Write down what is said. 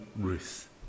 Ruth